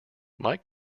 mike